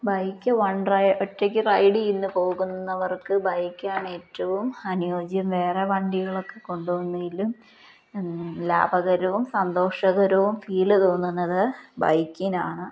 bike one ഒറ്റയ്ക്ക് ride ചെയ്യുന്ന് പോകുന്നവർക്ക് ബൈക്കാണ് ഏറ്റവും അനുയോജ്യം വേറെ വണ്ടികളൊക്കെ കൊണ്ടുപോവുന്നതിലും ലാഭകരവും സന്തോഷകരവും ഫീല് തോന്നുന്നത് ബൈക്കിനാണ്